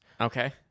Okay